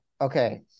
Okay